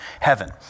heaven